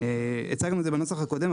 הצגנו את זה בנוסח הקודם,